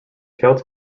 celts